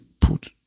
put